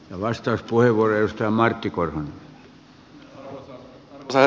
arvoisa herra puhemies